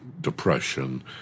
depression